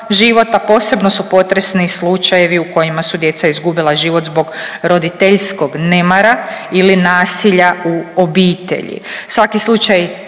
posebno su potresni i slučajevi u kojima su djeca izgubila život zbog roditeljskog nemara ili nasilja u obitelji.